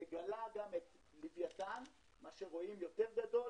מגלה גם את לווייתן, מה שרואים יותר גדול.